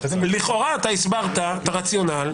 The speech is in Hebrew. לכאורה אתה הסברת את הרציונל,